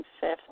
Fifth